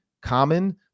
common –